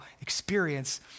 experience